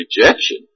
rejection